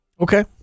Okay